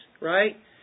right